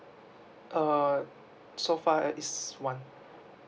uh so far is one